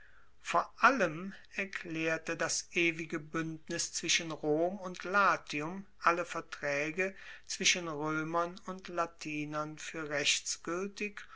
vor allem erklaerte das ewige buendnis zwischen rom und latium alle vertraege zwischen roemern und latinern fuer